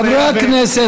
חברי הכנסת.